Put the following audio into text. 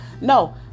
No